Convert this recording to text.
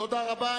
תודה רבה.